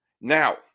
Now